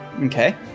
okay